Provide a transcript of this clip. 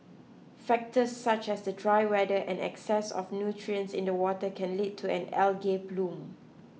factors such as the dry weather and an excess of nutrients in the water can lead to an algae bloom